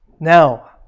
Now